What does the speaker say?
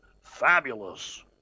fabulous